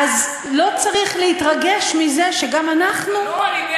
לא צריך להתרגש מזה שגם אנחנו, לא, אני בעד.